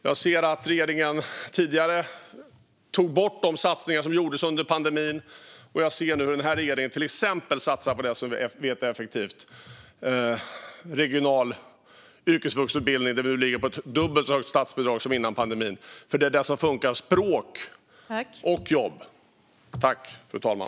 Jag ser att den tidigare regeringen tog bort de satsningar som gjordes under pandemin, och jag ser nu hur den här regeringen till exempel satsar på det som vi vet är effektivt: regional yrkesvuxutbildning. Där ligger vi på ett dubbelt så högt statsbidrag som före pandemin, för det är detta som funkar. Det handlar om språk och jobb.